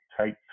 take